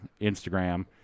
Instagram